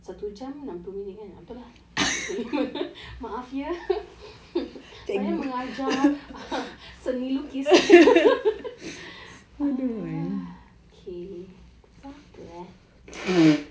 satu jam enam puluh minit kan betul lah maaf ye saya mengajar seni lukis okay siapa eh